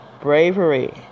Bravery